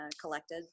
collected